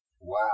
Wow